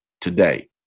today